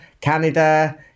Canada